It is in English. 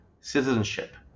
citizenship